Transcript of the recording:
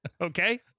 Okay